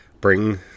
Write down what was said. bring